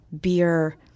beer